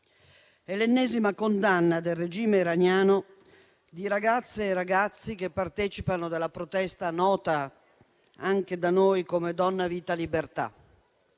È l'ennesima condanna del regime iraniano di ragazze e ragazzi che partecipano alla protesta nota anche da noi come «Donna, vita, libertà».